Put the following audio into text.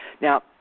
now